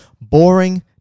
Boring